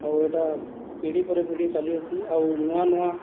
ଆଉ ଏହିଟା ପିଢ଼ୀ ପରେ ପିଢ଼ୀ ଚାଲି ଆସି ଆଉ ନୂଆ ନୂଆ